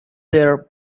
their